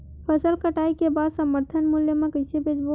फसल कटाई के बाद समर्थन मूल्य मा कइसे बेचबो?